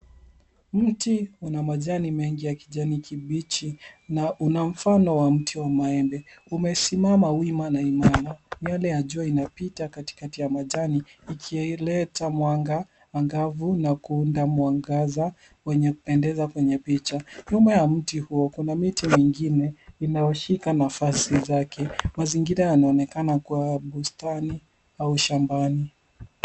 Mti una majani mengi ya kijani kibichi na una mfano wa mti wa maembe umesimama wima na imara. Nyele ya jua inapita katikati ya majani iki ileta mwanga angavu na kuunda mwangaza kwenye kupendeza kwenye picha. Nyuma ya mti huo kuna miti mingine inaoashika nafasi zake. Mazingira inaonekana kuwa bustani au shambani.